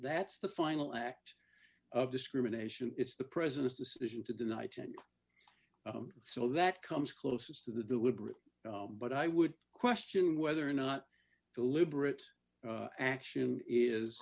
that's the final act of discrimination it's the president's decision to deny ten so that comes closest to the deliberate but i would question whether or not deliberate action is